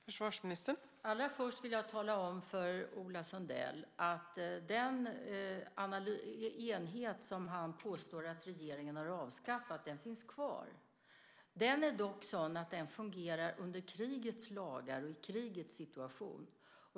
Fru talman! Allra först vill jag tala om för Ola Sundell att den enhet som han påstår att regeringen har avskaffat finns kvar. Den är dock sådan att den fungerar under krigets lagar och i en krigssituation.